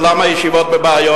עולם הישיבות בבעיות.